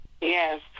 Yes